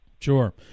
Sure